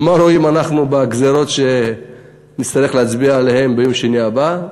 ומה רואים אנחנו בגזירות שנצטרך להצביע עליהן ביום שני הבא?